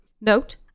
Note